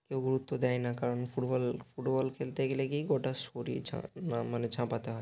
কেউ গুরুত্ব দেয় না কারণ ফুটবল ফুটবল খেলতে গেলে কী গোটা শরীর ঝা না মানে ঝাঁপাতে হয়